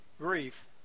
grief